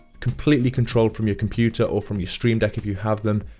completely controlled from your computer or from your stream deck, if you have them.